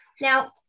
now